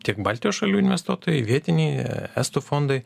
tiek baltijos šalių investuotojai vietiniai estų fondai